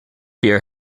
beer